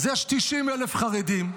אז יש 90,000 חרדים,